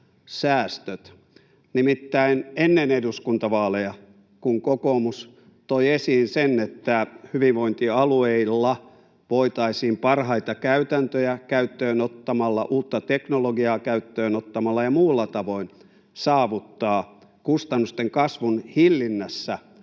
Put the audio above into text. Nimittäin ennen eduskuntavaaleja, kun kokoomus toi esiin sen, että hyvinvointialueilla voitaisiin parhaita käytäntöjä käyttöön ottamalla, uutta teknologiaa käyttöön ottamalla ja muulla tavoin saavuttaa kustannusten kasvun hillinnässä